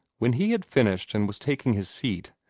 when he had finished and was taking his seat,